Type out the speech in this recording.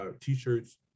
t-shirts